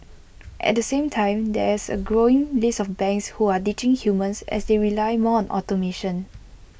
at the same time there's A growing list of banks who are ditching humans as they rely more on automation